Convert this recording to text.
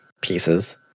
pieces